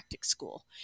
school